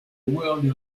world